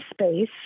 space